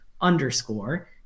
underscore